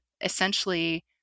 essentially